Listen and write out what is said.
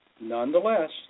Nonetheless